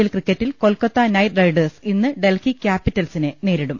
L ക്രിക്കറ്റിൽ Kolkata Knight Riders ഇന്ന് ഡൽഹി കാപ്പിറ്റൽസിനെ നേരിടും